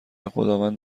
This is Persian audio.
خداوند